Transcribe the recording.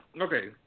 okay